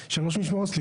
משמרות.